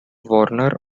warner